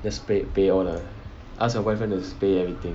just pay all the ask your boyfriend to just pay everything